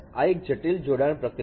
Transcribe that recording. આ એક જટિલ જોડાણ પ્રક્રિયા છે